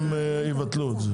סעיף 14 להסתייגויות.